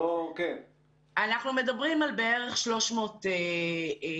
אנחנו מדברים על בערך 300 תיקים.